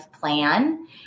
plan